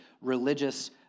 religious